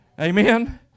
Amen